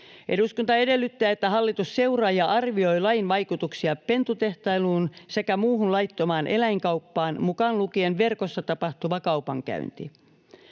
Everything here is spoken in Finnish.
Eduskunta edellyttää, että hallitus seuraa ja arvioi lain vaikutuksia pentutehtailuun sekä muuhun laittomaan eläinkauppaan, mukaan lukien verkossa tapahtuva kaupankäynti.